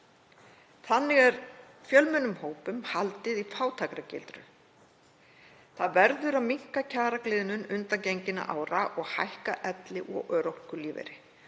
Þannig er fjölmennum hópum haldið í fátæktargildru. Það verður að minnka kjaragliðnun undangenginna ára og hækka elli- og örorkulífeyri.